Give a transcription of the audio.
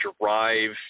drive